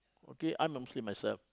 okay I'm a Muslim myself